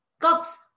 Cups